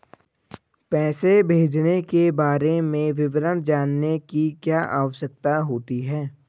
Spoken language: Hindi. पैसे भेजने के बारे में विवरण जानने की क्या आवश्यकता होती है?